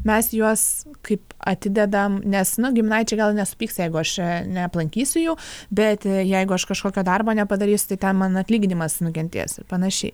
mes juos kaip atidedam nes nu giminaičiai gal nesupyks jeigu aš čia neaplankysiu jų bet jeigu aš kažkokio darbo nepadarysiu tai ten man atlyginimas nukentės ir panašiai